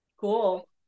cool